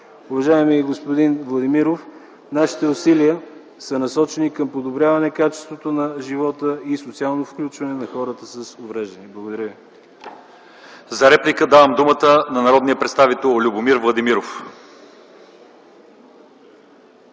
Уважаеми господин Владимиров, нашите усилия са насочени към подобряване качеството на живота и социално включване на хората с увреждания. Благодаря ви. ПРЕДСЕДАТЕЛ ЛЪЧЕЗАР ИВАНОВ: За реплика давам думата на народния представител Любомир Владимиров.